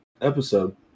episode